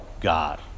God